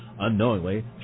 Unknowingly